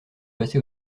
passer